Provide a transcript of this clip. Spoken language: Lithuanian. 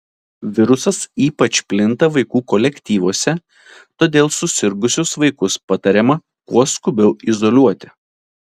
virusas ypač plinta vaikų kolektyvuose todėl susirgusius vaikus patariama kuo skubiau izoliuoti